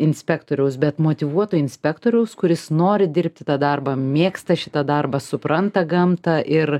inspektoriaus bet motyvuoto inspektoriaus kuris nori dirbti tą darbą mėgsta šitą darbą supranta gamtą ir